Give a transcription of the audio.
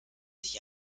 sich